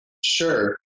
Sure